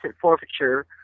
forfeiture